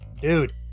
dude